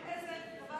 איזה מעולה,